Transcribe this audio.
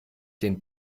den